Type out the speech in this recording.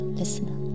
listener